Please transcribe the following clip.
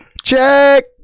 Check